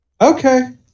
Okay